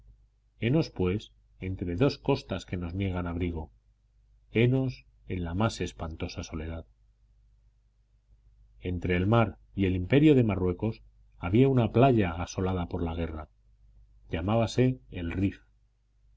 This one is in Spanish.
henos pues entre dos costas que nos niegan abrigo henos en la más espantosa soledad entre el mar y el imperio de marruecos había una playa asolada por la guerra llamábase el rif